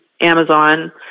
Amazon